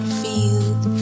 field